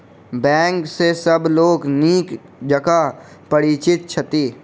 bank सॅ सभ लोक नीक जकाँ परिचित छथि